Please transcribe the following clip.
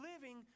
living